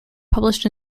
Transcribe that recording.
published